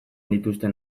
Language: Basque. dituzten